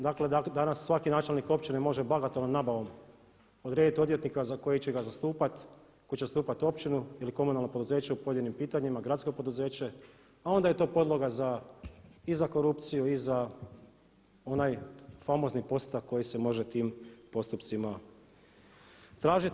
Dakle danas svaki načelnik općine može bagatelnom nabavom odrediti odvjetnika koji će ga zastupati, koji će zastupati općinu ili komunalno poduzeće u pojedinim pitanjima, gradsko poduzeće, a onda je to podloga i za korupciju i za onaj famozni postotak koji se može tim postupcima tražiti.